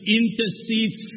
intercedes